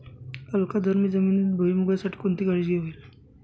अल्कधर्मी जमिनीत भुईमूगासाठी कोणती काळजी घ्यावी?